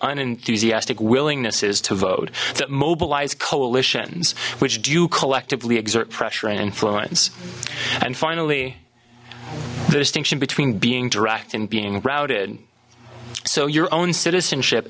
unenthusiastic willingness is to vote that mobilize coalitions which do collectively exert pressure and influence and finally the distinction between being direct and being routed so your own citizenship